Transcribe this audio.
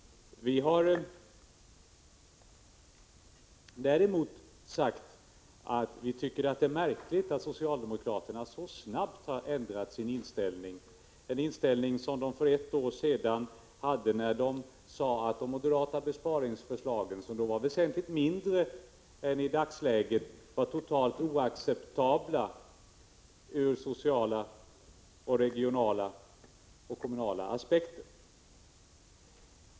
Vi tycker att det är märkligt att socialdemokraterna så snabbt har ändrat sin inställning. För ett år sedan sade de att de moderata besparingsförslagen, som då var väsentligt mindre än vad som gäller i dagsläget, var totalt oacceptabla ur sociala, regionala och kommunala aspekter.